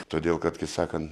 todėl kad kaip sakant